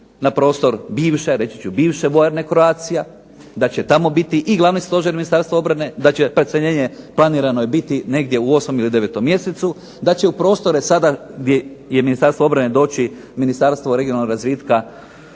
na prostor bivše vojarne "Croatia", da će tamo biti i Glavni stožer Ministarstva obrane, da će preseljenje planirano je biti negdje u 8. ili 9. mjesecu, da će u prostore sada gdje je Ministarstvo obrane doći Ministarstvo regionalnog razvitka,